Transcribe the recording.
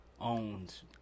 owns